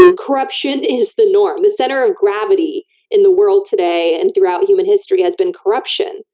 and corruption is the norm. the center of gravity in the world today, and throughout human history, has been corruption.